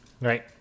Right